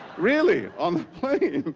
really, on the plane.